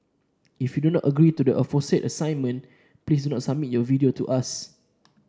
if you do not agree to the aforesaid assignment please do not submit your video to us